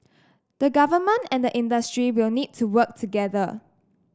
the Government and the industry will need to work together